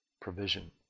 provision